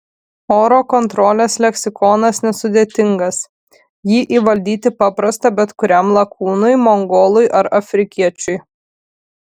oro kontrolės leksikonas nesudėtingas jį įvaldyti paprasta bet kuriam lakūnui mongolui ar afrikiečiui